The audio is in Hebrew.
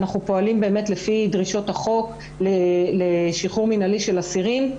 אנחנו פועלים באמת לפי דרישות החוק לשחרור מינהלי של אסירים,